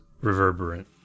Reverberant